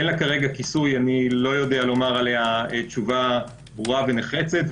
אין לי כרגע כיסוי אני לא יודע להגיד עליה תשובה ברורה ונחרצת.